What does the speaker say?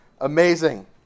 Amazing